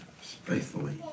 faithfully